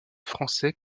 français